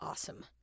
Awesome